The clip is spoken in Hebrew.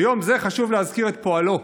ביום זה חשוב להזכיר את פועלו: